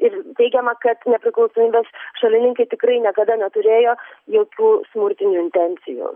ir teigiama kad nepriklausomybės šalininkai tikrai niekada neturėjo jokių smurtinių intencijų